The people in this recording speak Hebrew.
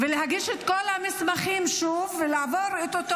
להגיש את כל המסמכים שוב ולעבור את אותו